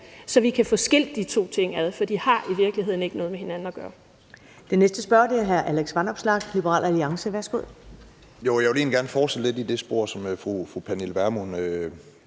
så vi kan få skilt de to ting ad, for de har i virkeligheden ikke noget med hinanden at gøre.